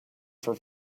for